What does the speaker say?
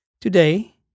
Today